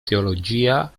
teologia